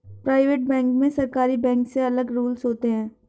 private bank में सरकारी bank से अलग रूल्स होते है